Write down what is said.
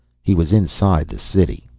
he was inside the city.